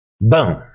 Boom